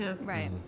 Right